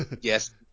yes